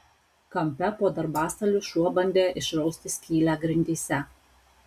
kampe po darbastaliu šuo bandė išrausti skylę grindyse